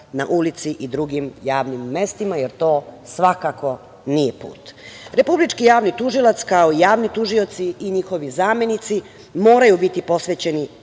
na ulici u drugim javnim mestima, jer to svakako nije put. Republički javni tužilac kao javni tužioci i njihovi zamenici moraju biti posvećeni